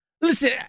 Listen